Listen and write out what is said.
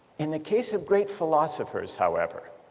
in the case of great philosophers, however,